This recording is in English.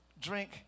drink